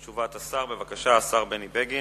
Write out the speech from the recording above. תשובת השר, בבקשה, השר בני בגין